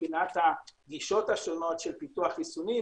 מבחינת הגישות השונות של פיתוח יישומי,